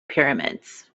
pyramids